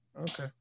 Okay